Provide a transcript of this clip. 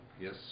Yes